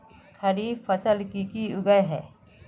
खरीफ फसल की की उगैहे?